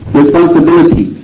responsibility